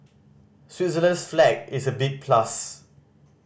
Switzerland's flag is a big plus